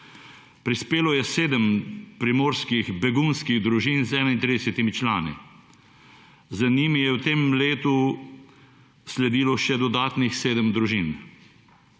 Prispelo je sedem primorskih begunskih družin z 31-imi člani. Za njimi je v tem letu sledilo še dodanih sedem družin.